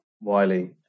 Wiley